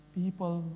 people